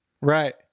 Right